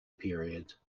period